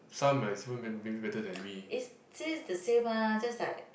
some ah is even may maybe better than me